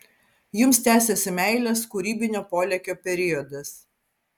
jums tęsiasi meilės kūrybinio polėkio periodas